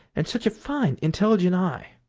and such a fine, intelligent eye